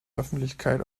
öffentlichkeit